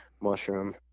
mushroom